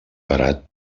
parat